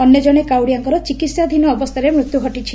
ଅନ୍ୟଜଶେ କାଉଡ଼ିଆଙ୍କର ଚିକିହାଧୀନ ଅବସ୍ଥାରେ ମୃତ୍ୟୁ ଘଟିଛି